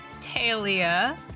talia